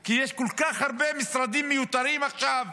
כי יש כל כך הרבה משרדים מיותרים עכשיו,